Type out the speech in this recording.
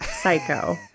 *Psycho*